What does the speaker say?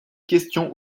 questions